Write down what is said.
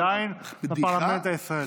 אנחנו עדיין בפרלמנט הישראלי.